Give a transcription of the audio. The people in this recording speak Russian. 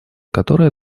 которая